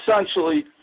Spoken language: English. essentially